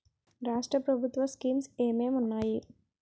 రాష్ట్రం ప్రభుత్వ స్కీమ్స్ ఎం ఎం ఉన్నాయి?